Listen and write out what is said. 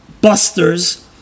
busters